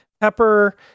pepper